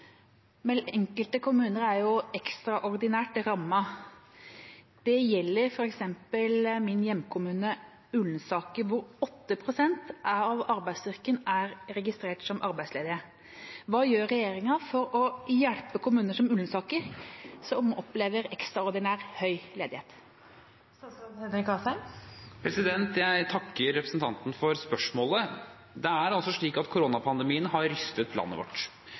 men noen kommuner er ekstraordinært hardt rammet. Dette gjelder for eksempel Ullensaker kommune, hvor over 8 pst. av arbeidsstyrken er registrert som arbeidsledig. Hva gjør regjeringen for å hjelpe kommuner som Ullensaker, som opplever ekstraordinær høy ledighet?» Jeg takker representanten for spørsmålet. Koronapandemien har rystet landet vårt. Regjeringen og Stortinget har